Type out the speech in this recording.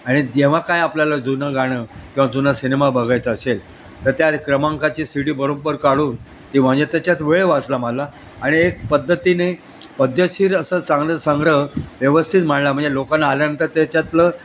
आणि जेव्हा काय आपल्याला जुनं गाणं किंवा जुना सिनेमा बघायचा असेल तर त्या क्रमांकाची सि डी बरोबर काढून ती म्हणजे त्याच्यात वेळ वाचला माला आणि एक पद्धतीने पद्दतशीर असं चांगलं संग्रह व्यवस्थित मांडला म्हणजे लोकांना आल्यानंतर त्याच्यातलं